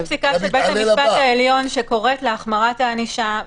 יש פסיקה של בית המשפט העליון שקוראת להחמרת הענישה,